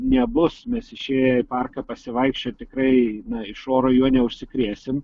nebus mes išėję į parką pasivaikščiot tikrai na iš oro juo neužsikrėsim